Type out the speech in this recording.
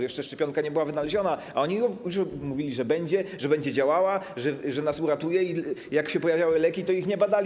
Jeszcze szczepionka nie była wynaleziona, a oni już mówili, że będzie, że będzie działała, że nas uratuje, a jak się pojawiały leki, to ich nie badali.